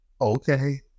okay